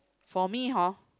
for me hor